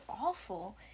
awful